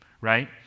right